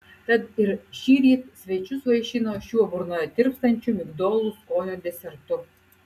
tad ir šįryt svečius vaišino šiuo burnoje tirpstančiu migdolų skonio desertu